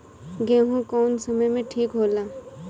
गेहू कौना समय मे ठिक होला?